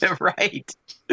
Right